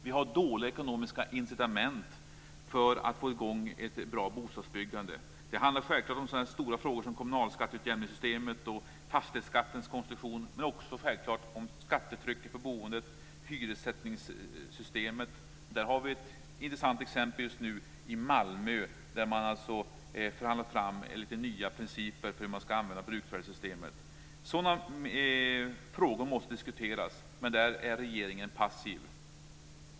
Vi har dåliga ekonomiska incitament för att få i gång ett bra bostadsbyggande. Det handlar självklart om sådana stora frågor som kommunalskatteutjämningssystemet och fastighetsskattens konstruktion men också om skattetrycket på boendet och hyressättningssystemet. Det finns ett intressant exempel just nu i Malmö. Där förhandlar man fram lite nya principer för hur man ska använda bruksvärdessystemet. Sådana frågor måste diskuteras. Men i det avseendet är regeringen passiv.